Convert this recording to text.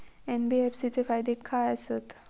NBFC चे फायदे खाय आसत?